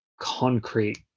concrete